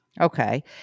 Okay